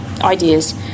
ideas